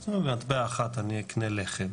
אז הוא אומר: 'מטבע אחד אני אקנה לחם,